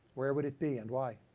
where would it be and why?